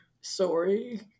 Sorry